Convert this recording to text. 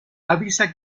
avisa